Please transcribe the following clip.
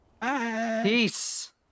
Peace